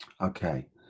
Okay